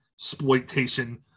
exploitation